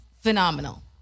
phenomenal